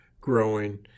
growing